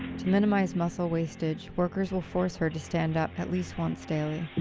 to minimise muscle wastage, workers will force her to stand up at least once daily.